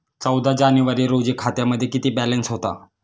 चौदा जानेवारी रोजी खात्यामध्ये किती बॅलन्स होता?